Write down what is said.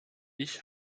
ich